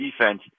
defense